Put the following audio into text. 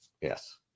Yes